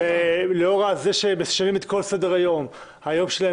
אם אנחנו משנים את כל סדר-היום ועושים דיון מיוחד